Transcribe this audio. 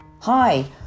Hi